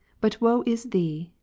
but woe is thee,